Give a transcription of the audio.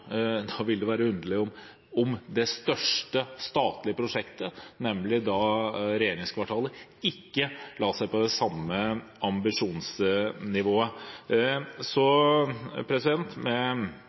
være underlig om man i det største statlige prosjektet, nemlig regjeringskvartalet, ikke la seg på det samme ambisjonsnivået.